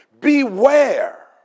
Beware